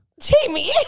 Jamie